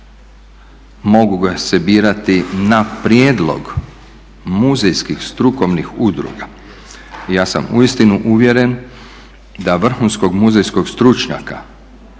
mogu se birati na prijedlog muzejskih strukovnih udruga. Ja sam uistinu uvjeren da vrhunskog muzejskog stručnjaka